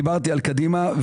דיברתי על קדימה.